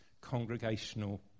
congregational